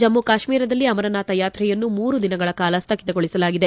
ಜಮ್ಮ ಕಾಶ್ಮೀರದಲ್ಲಿ ಅಮರನಾಥ ಯಾತ್ರೆಯನ್ನು ಮೂರು ದಿನಗಳ ಕಾಲ ಸ್ಥಗಿತಗೊಳಿಸಲಾಗಿದೆ